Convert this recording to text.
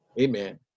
Amen